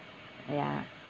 ya